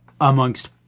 amongst